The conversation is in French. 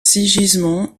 sigismond